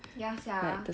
ya sia